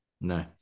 No